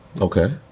okay